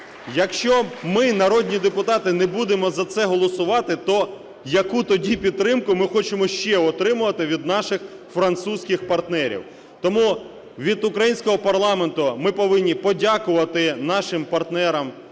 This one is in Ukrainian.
Якщо ми, народні депутати, не будемо за це голосувати, то яку тоді підтримку ми хочемо ще отримувати від наших французьких партнерів? Тому від українського парламенту ми повинні подякувати нашим партнерам